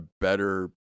better